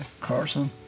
Carson